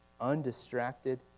undistracted